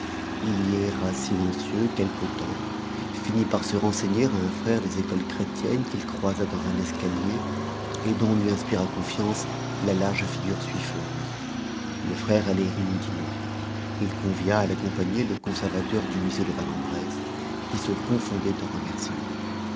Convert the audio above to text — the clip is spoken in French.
il y erra silencieux quelque temps finit par se renseigner à un frère des écoles chrétiennes qu'il croisa dans un escalier et dont lui inspira confiance la large figure suiffeuse le frère allait rue oudinot il convia à l'accompagner le conservateur du musée de vanne en bresse qui se confondait en remerciements